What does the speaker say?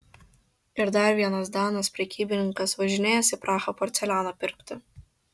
ir dar vienas danas prekybininkas važinėjęs į prahą porceliano pirkti